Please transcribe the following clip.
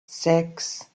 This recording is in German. sechs